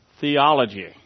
theology